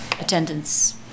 attendance